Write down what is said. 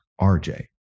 RJ